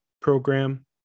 program